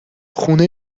خونه